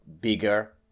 bigger